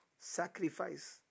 Sacrifice